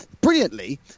brilliantly